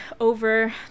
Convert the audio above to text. over